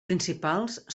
principals